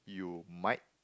you might